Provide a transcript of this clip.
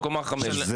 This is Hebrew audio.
או קומה חמש,